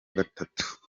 gatatu